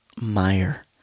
Meyer